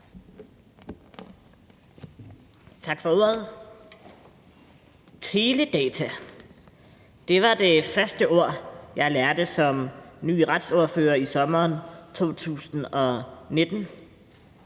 Tak for ordet. Teledata var det første ord, jeg lærte som ny retsordfører i sommeren 2019.